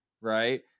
right